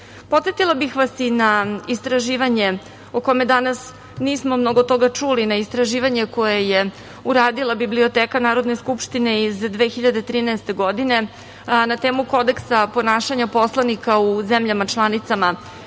bih vas i na istraživanje o kome danas nismo mnogo toga čuli, na istraživanje koje je uradili biblioteka Narodne skupštine iz 2013. godine, a6 na temu kodeksa ponašanja poslanika u zemljama članicama